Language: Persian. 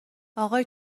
آقای